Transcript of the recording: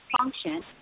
function